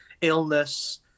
illness